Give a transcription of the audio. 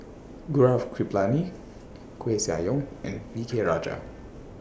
Gaurav Kripalani Koeh Sia Yong and V K Rajah